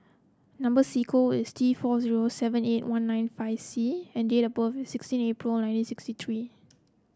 number sequence is T four zero seven eight one nine five C and date of birth is sixteen April nineteen sixty three